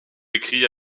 écrit